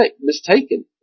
mistaken